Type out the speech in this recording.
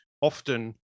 Often